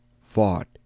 fought